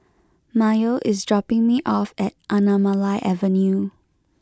Mayo is dropping me off at Anamalai Avenue